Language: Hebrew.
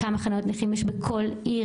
כמה חניות נכים יש בכל עיר,